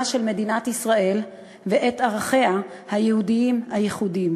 של מדינת ישראל ואת ערכיה היהודיים הייחודיים.